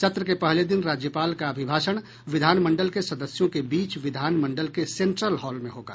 सत्र के पहले दिन राज्यपाल का अभिभाषण विधानमंडल के सदस्यों के बीच विधानमंडल के सेंट्रल हॉल में होगा